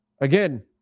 again